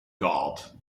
god